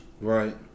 Right